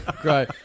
great